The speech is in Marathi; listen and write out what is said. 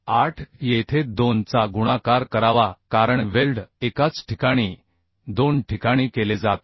8 येथे 2 चा गुणाकार करावा कारण वेल्ड एकाच ठिकाणी दोन ठिकाणी केले जात नाही